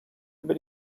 über